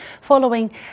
Following